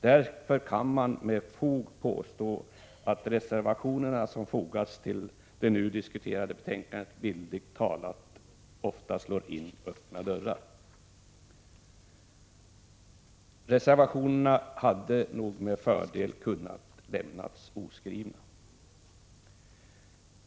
Därför kan man påstå att reservationerna som fogats till det nu diskuterade betänkandet bildligt talat slår in öppna dörrar. Reservationerna hade med fördel kunnat lämnats oskrivna.